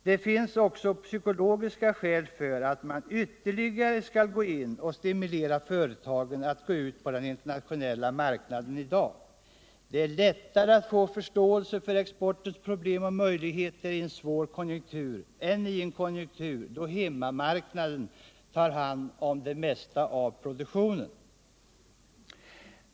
Det finns också psykologiska skäl för att man ytterligare skall stimulera företagen att gå ut på den internationella marknaden i dag. Det är lättare att få förståelse för exportens problem och möjligheter i en svår konjunktur än i en konjunktur då hemmamarknaden tar hand om det mesta som produceras.